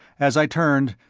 as i turned,